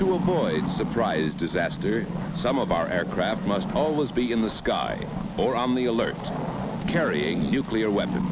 to avoid surprise disaster some of our aircraft must always be in the sky or on the alert carrying nuclear weapons